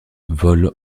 vole